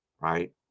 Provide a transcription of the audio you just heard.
right